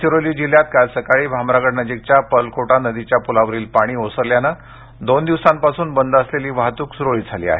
गडचिरोली जिल्ह्यात काल सकाळी भामरागडनजीकच्या पर्लकोटा नदीच्या पुलावरील पाणी ओसरल्यानं दोन दिवसांपासून बंद असलेली वाहतूक सुरळीत झाली आहे